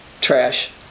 trash